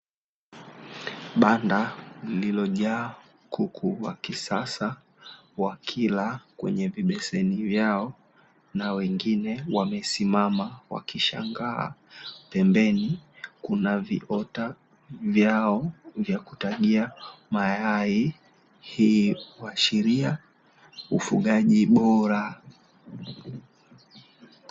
Banda lilijojaa kuku wa kisasa wakila kwenye vibeseni vyao na wengine wamesimama wakishangaa, pembeni kuna viota vyao vya kutagia mayai, hii huashiria ufugaji bora.